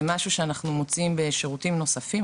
זה משהו שאנחנו מוצאים בשירותים נוספים,